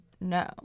no